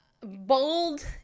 bold